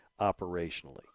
operationally